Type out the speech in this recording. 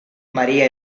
maría